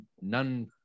none